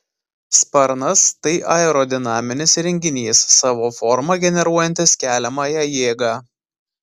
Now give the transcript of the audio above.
sparnas tai aerodinaminis įrenginys savo forma generuojantis keliamąją jėgą